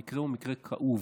המקרה הוא מקרה כאוב.